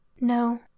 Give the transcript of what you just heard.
No